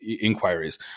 inquiries